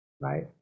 right